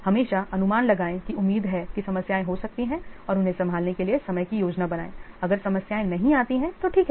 हमेशा अनुमान लगाएं कि उम्मीद है कि समस्याएं हो सकती हैं और उन्हें संभालने के लिए समय की योजना बनाएं अगर समस्याएँ नहीं आती हैं तो ठीक है